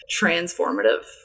transformative